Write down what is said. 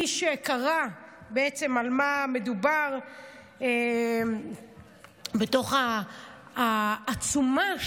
מי שקרא בעצם על מה מדובר בתוך העצומה,